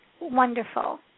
wonderful